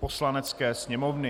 Poslanecké sněmovny.